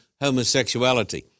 homosexuality